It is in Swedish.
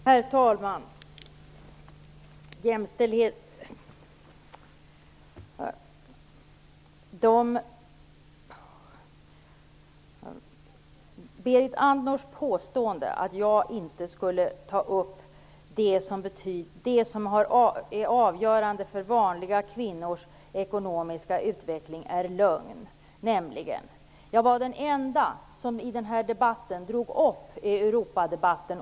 Herr talman! Berit Andors påstående att jag inte skulle tala om det som är avgörande för vanliga kvinnors ekonomiska utveckling är lögn. Jag är den enda som i debatten ordentligt har tagit upp Europafrågan.